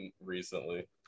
recently